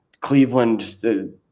Cleveland